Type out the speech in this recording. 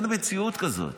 אין מציאות כזאת.